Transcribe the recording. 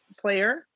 player